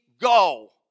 go